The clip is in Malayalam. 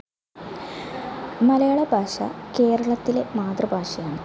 മലയാള ഭാഷ കേരളത്തിലെ മാതൃഭാഷയാണ്